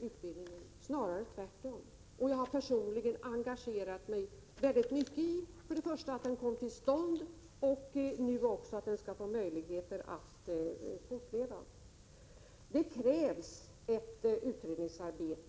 utbildningen — snarare tvärtom. Jag har personligen engagerat mig väldigt mycket först i att den kom till stånd och nu också i att den skall få möjligheter att fortleva. Det krävs ett utredningsarbete.